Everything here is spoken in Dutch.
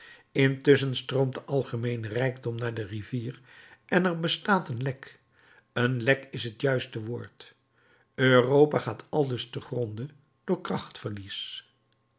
intusschen stroomt de algemeene rijkdom naar de rivier en er bestaat een lek een lek is het juiste woord europa gaat aldus te gronde door